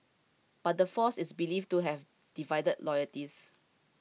but the force is believed to have divided loyalties